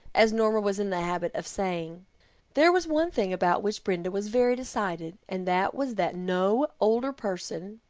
as nora was in the habit of saying there was one thing about which brenda was very decided, and that was that no older person,